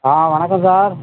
ஆ வணக்கம் சார்